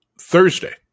Thursday